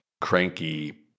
cranky